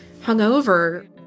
hungover